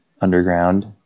underground